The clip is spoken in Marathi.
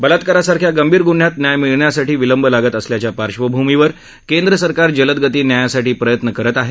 बलात्कारसारख्या गंभीर ग्न्ह्यांत न्याय मिळण्यासाठी विलंब लागत असल्याच्या पार्श्वभूमीवर केंद्र सरकार जलदगती न्यायासाठी प्रयत्न करत आहे